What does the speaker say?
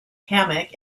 hammock